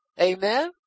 Amen